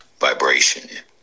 vibration